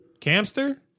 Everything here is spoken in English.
Camster